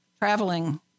traveling